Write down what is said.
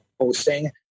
posting